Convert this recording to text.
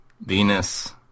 Venus